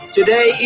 Today